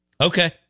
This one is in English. Okay